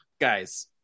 guys